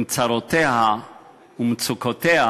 עם צרותיה ומצוקותיה,